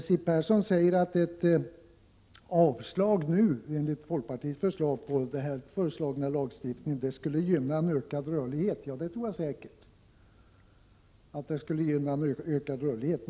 Siw Persson säger att ett avslag nu, enligt folkpartiets modell, på den föreslagna lagstiftningen skulle gynna en ökad rörlighet. Jag tror säkert att det skulle gynna en ökad rörlighet.